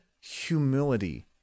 humility